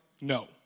No